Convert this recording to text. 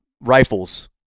rifles